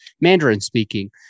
Mandarin-speaking